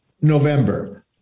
November